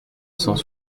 cent